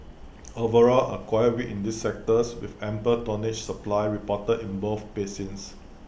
overall A quiet week in this sector with ample tonnage supply reported in both basins